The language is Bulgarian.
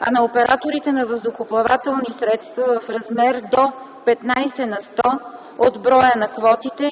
а на операторите на въздухоплавателни средства в размер до 15 на сто от броя на квотите,